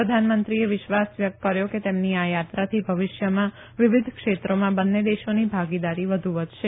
પ્રધાનમંત્રીએ વિશ્વાસ વ્યકત કર્યો કે તેમની આ યાત્રાથી ભવિષ્યમાં વિવિધ ક્ષેત્રોમાં બંને દેશોની ભાગીદારી વધુ વધશે